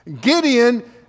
Gideon